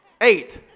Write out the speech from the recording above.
eight